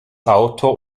auto